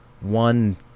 one